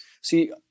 See